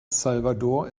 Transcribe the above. salvador